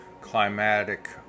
climatic